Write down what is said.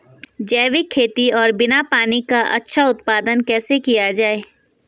जैविक खेती और बिना पानी का अच्छा उत्पादन कैसे किया जाए?